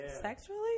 sexually